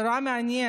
זה מאמר מעניין,